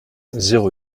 zéro